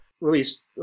released –